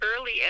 early